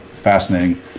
fascinating